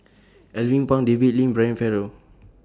Alvin Pang David Lim Brian Farrell